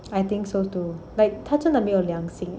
I think so too like 他真的没有良心